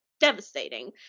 devastating